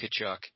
Kachuk